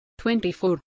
24